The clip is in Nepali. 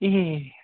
ए